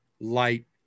light